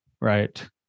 Right